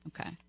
Okay